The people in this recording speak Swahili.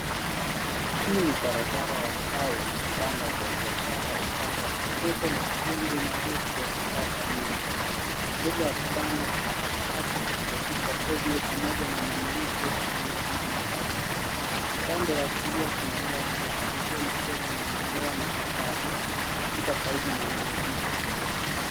Hii ni barabara ya mtaa wenye vibanda vya biashara upande wa kushoto na majengo marefu ya kisasa nyuma, mbele ya kibanda kuna takataka zilizo tupwa ovyo pamoja na mwanamke aliye simama karibu, pande wa kulia kuna gari la abiria likiwa linaendelea na safari ikipita karibu na eneo hilo.